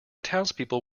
townspeople